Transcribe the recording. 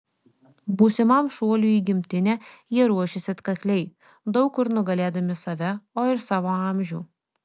būsimam šuoliui į gimtinę jie ruošėsi atkakliai daug kur nugalėdami save o ir savo amžių